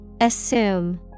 Assume